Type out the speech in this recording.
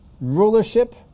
rulership